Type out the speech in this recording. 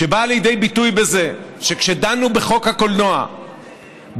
שבאה לידי ביטוי בזה שכשדנו בחוק הקולנוע בסוף